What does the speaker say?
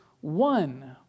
one